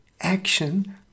action